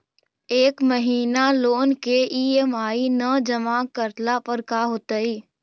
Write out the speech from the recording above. एक महिना लोन के ई.एम.आई न जमा करला पर का होतइ?